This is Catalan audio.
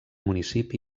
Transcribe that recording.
municipi